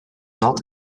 not